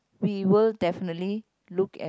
we will definitely look at